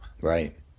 Right